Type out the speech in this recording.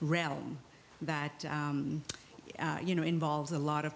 realm that you know involves a lot of